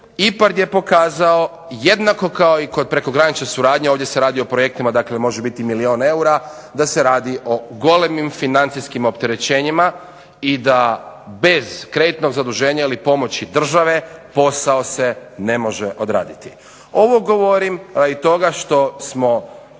IPARD je pokazao, jednako kao i kod prekogranične suradnje, ovdje se radi o projektima dakle može biti milijun eura, da se radi o golemim financijskim opterećenjima i da bez kreditnog zaduženja ili pomoći države posao se ne može odraditi. Ovo govorim radi toga što smo